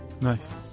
Nice